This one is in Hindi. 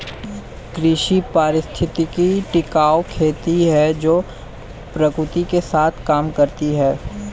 कृषि पारिस्थितिकी टिकाऊ खेती है जो प्रकृति के साथ काम करती है